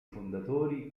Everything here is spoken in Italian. fondatori